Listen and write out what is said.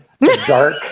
Dark